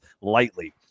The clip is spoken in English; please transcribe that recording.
lightly